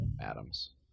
Adams